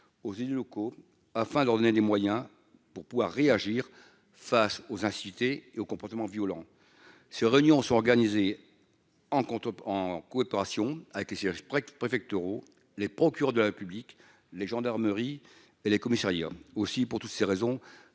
aux élus locaux, afin de leur donner les moyens pour pouvoir réagir face aux inciter et au comportement violent, ces réunions sont organisées en compte en coopération avec les sièges préfectoraux les procureurs de la République, les gendarmeries et les commissariats aussi pour toutes ces raisons,